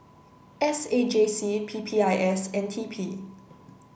S A J C P P I S and T P